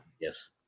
Yes